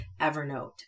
Evernote